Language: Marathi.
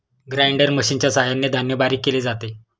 ग्राइंडर मशिनच्या सहाय्याने धान्य बारीक केले जाते